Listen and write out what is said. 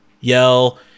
yell